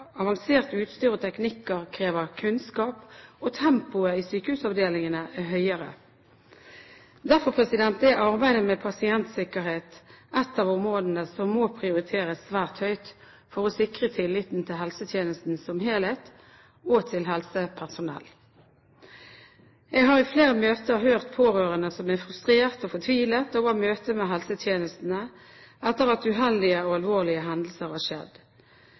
avansert utstyr og teknikker krever kunnskap, og tempoet i sykehusavdelingene er høyere. Derfor er arbeidet med pasientsikkerhet et av områdene som må prioriteres svært høyt for å sikre tilliten til helsetjenesten som helhet, og til helsepersonell. Jeg har i flere møter hørt pårørende som er frustrert og fortvilet over møtet med helsetjenesten etter at uheldige og alvorlige hendelser har skjedd.